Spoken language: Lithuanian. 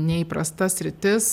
neįprasta sritis